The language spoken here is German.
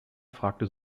fragte